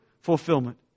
fulfillment